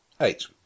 eight